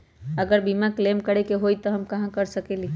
अगर बीमा क्लेम करे के होई त हम कहा कर सकेली?